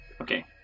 okay